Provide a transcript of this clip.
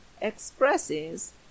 expresses